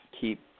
keep